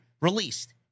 Released